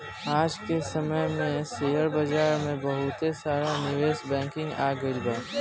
आज के समय में शेयर बाजार में बहुते सारा निवेश बैंकिंग आ गइल बा